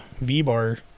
V-bar